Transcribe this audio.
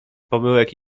pomyłek